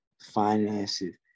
finances